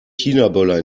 chinaböller